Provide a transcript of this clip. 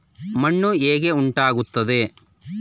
ಮಣ್ಣು ಹೇಗೆ ಉಂಟಾಗುತ್ತದೆ?